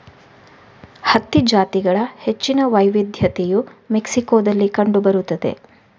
ಹತ್ತಿ ಜಾತಿಗಳ ಹೆಚ್ಚಿನ ವೈವಿಧ್ಯತೆಯು ಮೆಕ್ಸಿಕೋದಲ್ಲಿ ಕಂಡು ಬರುತ್ತದೆ